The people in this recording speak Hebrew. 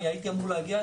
אני הייתי אמור להגיע.